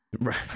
Right